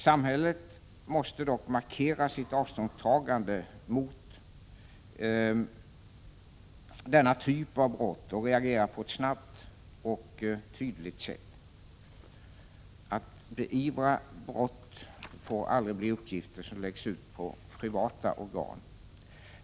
Samhället måste dock markera sitt avståndstagande från denna typ av brott och reagera på ett snabbt och tydligt sätt. Att beivra brott får aldrig bli uppgifter som läggs ut på privata organ.